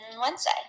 Wednesday